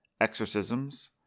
exorcisms